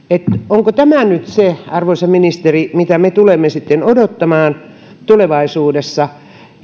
onko tämä nyt se arvoisa ministeri mitä me tulemme sitten odottamaan tulevaisuudessa